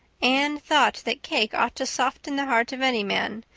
anne thought that cake ought to soften the heart of any man,